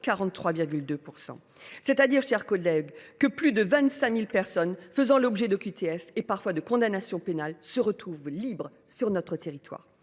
43,2 %. C’est à dire que plus de 25 000 personnes faisant l’objet d’OQTF, et parfois de condamnations pénales, se retrouvent libres sur notre territoire.